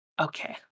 Okay